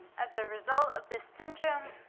as a result of this syndrome,